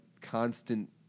constant